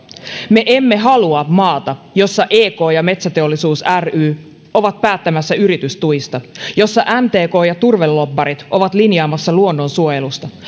me emme halua maata jossa ek ja metsäteollisuus ry ovat päättämässä yritystuista jossa mtk ja turvelobbarit ovat linjaamassa luonnonsuojelusta